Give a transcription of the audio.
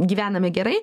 gyvename gerai